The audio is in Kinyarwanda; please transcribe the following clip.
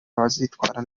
bazitwara